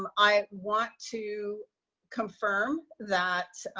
um i want to confirm that